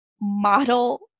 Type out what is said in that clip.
model